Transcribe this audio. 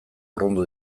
urrundu